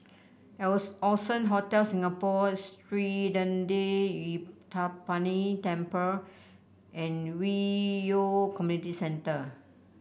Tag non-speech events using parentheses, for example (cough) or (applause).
(unintelligible) Allson Hotel Singapore Sri Thendayuthapani Temple and Hwi Yoh Community Centre